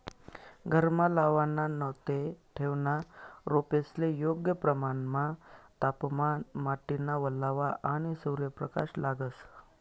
घरमा लावाना नैते ठेवना रोपेस्ले योग्य प्रमाणमा तापमान, माटीना वल्लावा, आणि सूर्यप्रकाश लागस